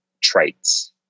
traits